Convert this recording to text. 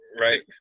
Right